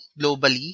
globally